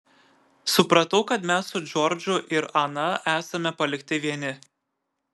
supratau kad mes su džordžu ir ana esame palikti vieni